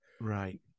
Right